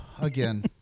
Again